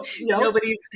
Nobody's